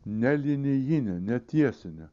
ne linijine netiesine